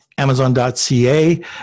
Amazon.ca